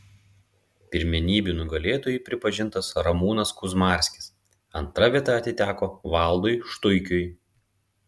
pirmenybių nugalėtoju pripažintas ramūnas kuzmarskis antra vieta atiteko valdui štuikiui